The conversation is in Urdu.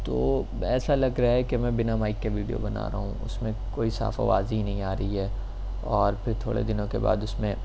تو ایسا لگ رہا ہے کہ میں بنا مائک کے ویڈیو بنا رہا ہوں اس میں کوئی صاف آواز ہی نہیں آ رہی ہے اور پھر تھوڑے دنوں کے بعد اس میں